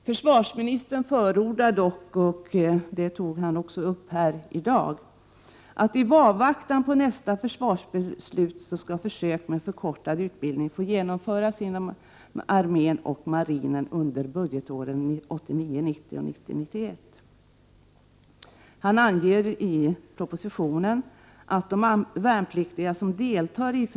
Försvarsministern förordar dock, vilket han också tog upp här i dag, att försök med förkortad utbildning får genomföras inom armén och marinen under budgetåren 1989 91 i avvaktan på nästa försvarsbeslut. Han anger i propositionen att de värnpliktiga som deltar Prot.